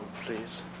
please